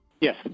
Yes